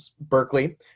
berkeley